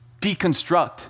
deconstruct